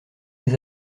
mes